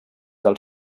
del